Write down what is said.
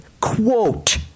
quote